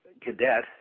cadet